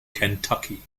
kentucky